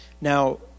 Now